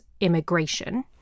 immigration